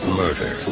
murder